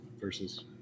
versus